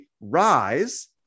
rise